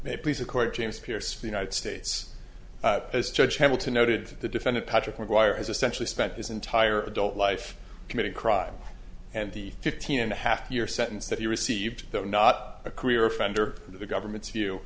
may peace accord james pierce united states as judge hamilton noted the defendant patrick mcguire has essentially spent his entire adult life committing crime and the fifteen and a half year sentence that he received though not a career offender the government's view